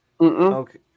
okay